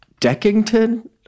Deckington